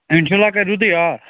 اِنشاء اللہ کَرِ رُتُے آ